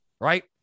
right